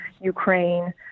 ukraine